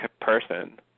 person